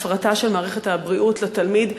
הפרטה של מערכת הבריאות לתלמיד.